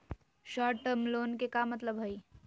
Short term loan के का मतलब हई?